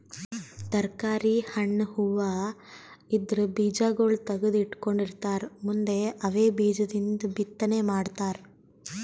ತರ್ಕಾರಿ, ಹಣ್ಣ್, ಹೂವಾ ಇದ್ರ್ ಬೀಜಾಗೋಳ್ ತಗದು ಇಟ್ಕೊಂಡಿರತಾರ್ ಮುಂದ್ ಅವೇ ಬೀಜದಿಂದ್ ಬಿತ್ತನೆ ಮಾಡ್ತರ್